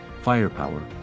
firepower